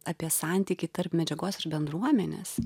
apie santykį tarp medžiagos ir bendruomenės